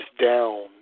down